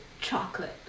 chocolate